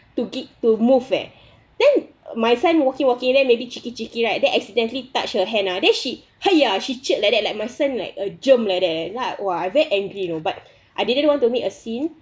to to move eh then my son walking walking then maybe cheeky cheeky right then accidentally touched her hand ah then she !haiya! she chat like that like my son like a germ like that ya !wah! I very angry you know but I didn't want to make a scene